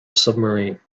submarine